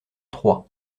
trois